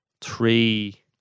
three